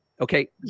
okay